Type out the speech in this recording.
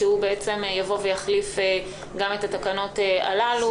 שהוא יחליף גם את התקנות הללו,